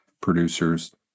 producers